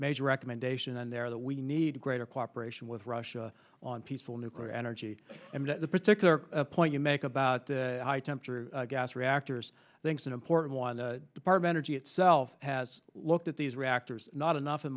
major recommendation on there that we need greater cooperation with russia on peaceful nuclear energy and the particular point you make about the high temperature gas reactors things an important one the department or g itself has looked at these reactors not enough in